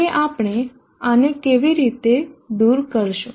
હવે આપણે આને કેવી રીતે દૂર કરશું